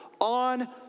on